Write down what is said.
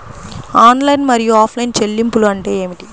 Online మరియు offline చెల్లింపులు అంటే ఏమిటి?